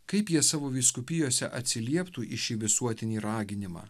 kaip jie savo vyskupijose atsilieptų į šį visuotinį raginimą